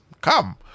come